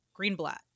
Greenblatt